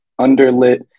underlit